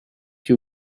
you